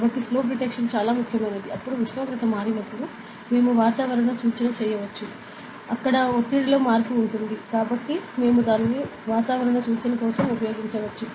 కాబట్టి slope detection చాలా ముఖ్యమైనది అప్పుడు ఉష్ణోగ్రత మారినప్పుడు మేము వాతావరణ సూచన చేయవచ్చు అక్కడ ఒత్తిడిలో మార్పు ఉంటుంది కాబట్టి మేము దానిని వాతావరణ సూచన కోసం ఉపయోగించవచ్చు